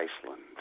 Iceland